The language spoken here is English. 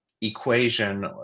equation